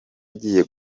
agiye